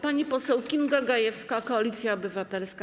Pani poseł Kinga Gajewska, Koalicja Obywatelska.